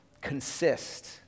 consist